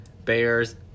Bears